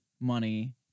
money